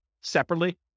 separately